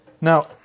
Now